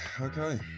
Okay